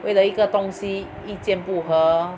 为了一个东西意见不和